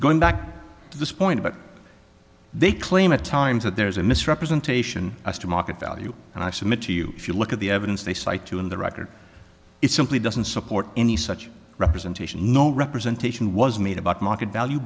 going back to this point but they claim at times that there is a misrepresentation as to market value and i submit to you if you look at the evidence they cite you in the record it simply doesn't support any such representation no representation was made about market value